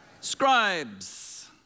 Scribes